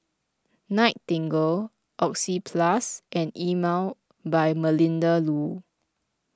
Nightingale Oxyplus and Emel by Melinda Looi